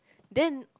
then